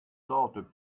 tentent